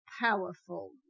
powerful